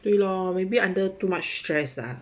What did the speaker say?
对 lor maybe under too much stress lah